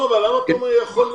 למה אתה אומר יכול להיות?